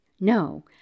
No